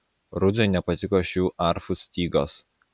rudziui nepatiko šių arfų stygos